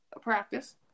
Practice